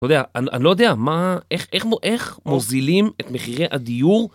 אתה יודע, אני לא יודע מה, איך מוזילים את מחירי הדיור.